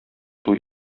туй